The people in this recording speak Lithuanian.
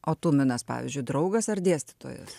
o tuminas pavyzdžiui draugas ar dėstytojas